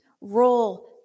role